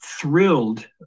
thrilled